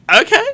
okay